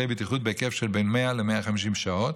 בטיחות בהיקף של בין 100 ל-150 שעות.